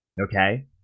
Okay